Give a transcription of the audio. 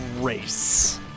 race